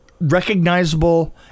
Recognizable